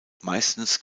meistens